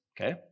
okay